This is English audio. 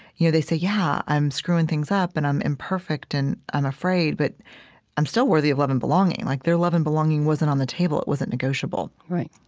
you know, they say, yeah, i'm screwing things up and i'm imperfect and i'm afraid, but i'm still worthy of love and belonging, like their love and belonging wasn't on the table, it wasn't negotiable right